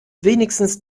wenigstens